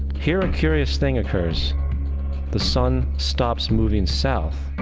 here a curious thing occurs the sun stops moving south,